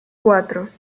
cuatro